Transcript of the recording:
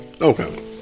Okay